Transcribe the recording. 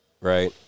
right